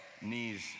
knees